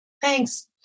Thanks